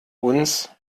uns